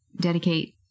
Dedicate